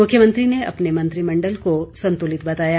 मुख्यमंत्री ने अपने मंत्रिमंडल को संतुलित बताया